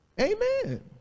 Amen